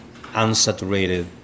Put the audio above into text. unsaturated